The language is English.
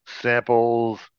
samples